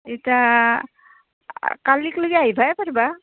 এতিয়া কালিলৈকে আহিবই পাৰিবা